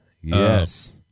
yes